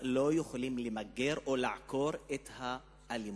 לא יכולים למגר או לעקור את האלימות.